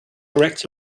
correct